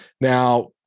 Now